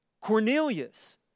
Cornelius